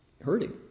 hurting